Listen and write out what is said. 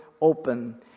open